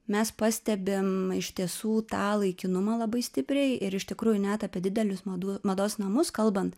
mes pastebim iš tiesų tą laikinumą labai stipriai ir iš tikrųjų net apie didelius madų mados namus kalbant